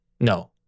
No